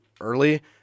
early